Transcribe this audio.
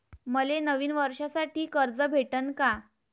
मले नवीन वर्षासाठी कर्ज भेटन का?